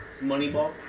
Moneyball